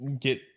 get